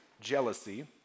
jealousy